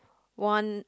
one